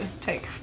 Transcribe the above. take